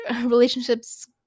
relationships